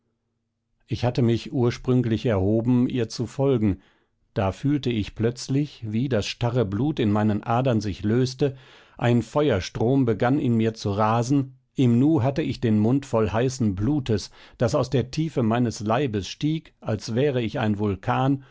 ich hatte mich ursprünglich erhoben ihr zu folgen da fühlte ich plötzlich wie das starre blut in meinen adern sich löste ein feuerstrom begann in mir zu rasen im nu hatte ich den mund voll heißen blutes das aus der tiefe meines leibes stieg als wäre ich ein vulkan